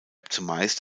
zumeist